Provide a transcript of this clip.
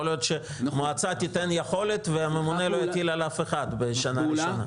יכול להיות שמועצה תיתן יכולת והממונה לא יטיל על אף אחד בשנה ראשונה.